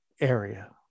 area